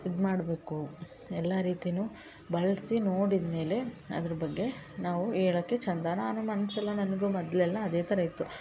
ಇದು ಮಾಡಬೇಕು ಎಲ್ಲ ರೀತಿನೂ ಬಳಸಿ ನೋಡಿದ್ಮೇಲೆ ಅದ್ರ ಬಗ್ಗೆ ನಾವು ಹೇಳಕೆ ಚಂದ ನಾನು ಮನ್ಸೆಲ್ಲ ನನಗೂ ಮೊದ್ಲೆಲ್ಲ ಅದೇ ಥರ ಇತ್ತು